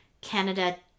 Canada